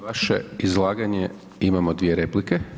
vaše izlaganje imamo dvije replike.